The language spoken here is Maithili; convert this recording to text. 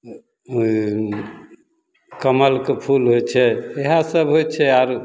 कमलके फूल होइ छै इएहे सभ होइ छै आरो